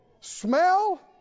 Smell